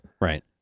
Right